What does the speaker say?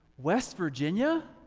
west virginia,